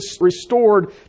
restored